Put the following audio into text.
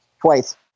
twice